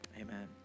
Amen